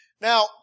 Now